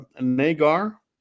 nagar